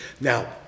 Now